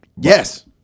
Yes